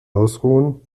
ausruhen